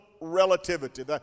relativity